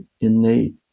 innate